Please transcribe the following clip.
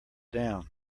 down